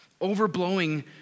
Overblowing